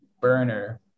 burner